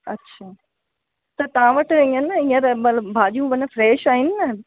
अच्छा त तव्हां वटि ईअं न हीअंर मतिलब भाॼियूं माना फ्रेश आहिनि न